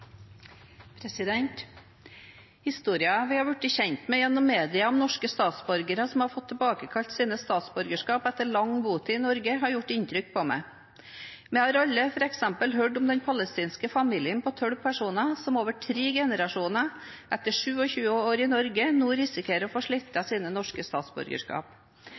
blitt kjent med gjennom media om norske statsborgere som har fått tilbakekalt sine statsborgerskap etter lang botid i Norge, har gjort inntrykk på meg. Vi har alle f.eks. hørt om den palestinske familien på tolv personer som over tre generasjoner etter 27 år i Norge nå risikerer å få slettet sine norske statsborgerskap. Det vitner om et behov for å endre dagens praksis der tilbakekallelse av statsborgerskap